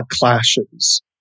clashes